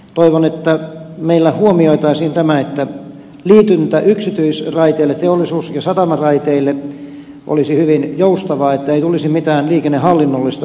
toivon että meillä huomioitaisiin tämä että liityntä yksityisraiteille teollisuus ja satamaraiteille olisi hyvin joustavaa että ei tulisi mitään liikennehallinnollista byrokratiaa tähän